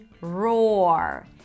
roar